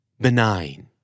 Benign